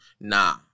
nah